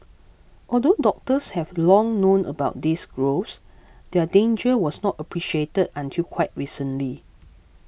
although doctors have long known about these growths their danger was not appreciated until quite recently